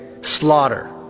slaughter